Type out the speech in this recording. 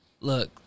look